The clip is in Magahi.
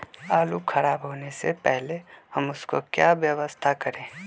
आलू खराब होने से पहले हम उसको क्या व्यवस्था करें?